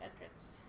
entrance